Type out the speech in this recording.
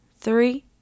three